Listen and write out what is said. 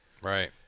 Right